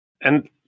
And-